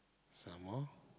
some more